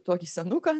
tokį senuką